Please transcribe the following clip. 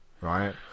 Right